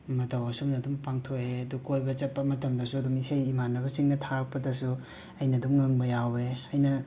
ꯃꯇꯧ ꯑꯁꯨꯝꯅ ꯑꯗꯨꯝ ꯄꯥꯡꯊꯣꯛꯑꯦ ꯑꯗꯨ ꯀꯣꯏꯕ ꯆꯠꯄ ꯃꯇꯝꯗꯁꯨ ꯑꯗꯨꯝ ꯏꯁꯩ ꯏꯝꯥꯟꯅꯕꯁꯤꯡꯅ ꯊꯥꯔꯛꯄꯗꯁꯨ ꯑꯩꯅ ꯑꯗꯨꯝ ꯉꯪꯕ ꯌꯥꯎꯋꯦ ꯑꯩꯅ